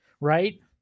right